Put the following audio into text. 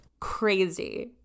crazy